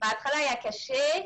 בהתחלה היה קשה.